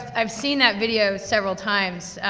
i've seen that video several times.